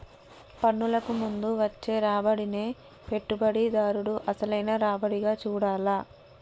పన్నులకు ముందు వచ్చే రాబడినే పెట్టుబడిదారుడు అసలైన రాబడిగా చూడాల్ల